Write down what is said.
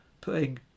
putting